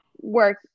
work